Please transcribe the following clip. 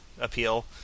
appeal